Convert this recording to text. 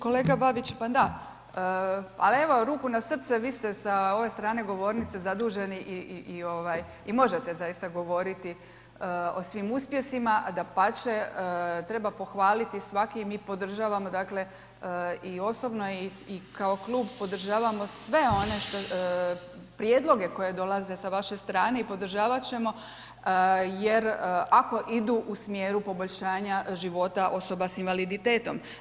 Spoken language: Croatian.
Kolega Babić, pa da, ali evo ruku na srce, vi ste sa ove strane govornice zaduženi i možete zaista govoriti o svim uspjesima, dapače, treba pohvaliti i svaki mi podržavamo dakle i osobno i kao klub podržavamo sve one prijedloge koje dolaze sa vaše strane i podržavat ćemo jer ako odu u smjeru poboljšanja života osoba s invaliditetom.